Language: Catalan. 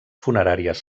funeràries